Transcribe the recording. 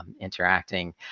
interacting